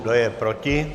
Kdo je proti?